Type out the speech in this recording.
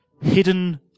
hidden